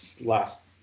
last